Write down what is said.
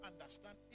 understand